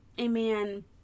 amen